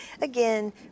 Again